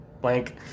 blank